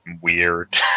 weird